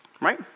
Right